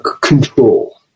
control